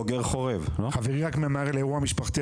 חברי ממהר לאירוע משפחתי,